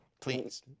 please